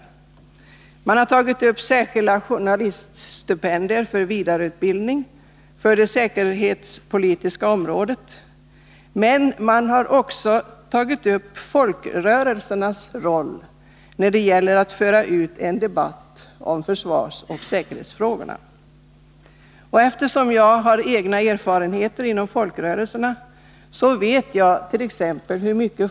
Man tar upp frågan om särskilda journaliststipendier för vidareutbildning på det säkerhetspolitiska området. Men man har också tagit upp folkrörelsernas roll när det gäller att föra en debatt om försvarsoch säkerhetsfrågorna. Av egna erfarenheter från folkrörelserna vet jag hur mycket t.ex.